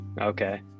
okay